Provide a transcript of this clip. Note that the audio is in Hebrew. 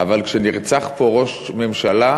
אבל כשנרצח פה ראש ממשלה,